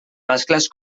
mascles